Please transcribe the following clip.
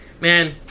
man